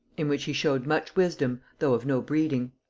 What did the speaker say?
in which he showed much wisdom, though of no breeding.